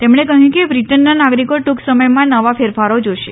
તેમણે કહથું કે બ્રિટનના નાગરીકો ટુંક સમયમાં નવા ફેરફારી જોશે